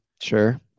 sure